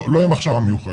א.ש: לא עם הכשרה מיוחדת,